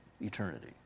eternity